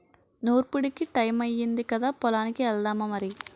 నూర్పుడికి టయమయ్యింది కదా పొలానికి ఎల్దామా మరి